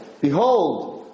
Behold